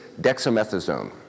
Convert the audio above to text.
dexamethasone